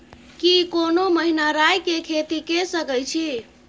की कोनो महिना राई के खेती के सकैछी?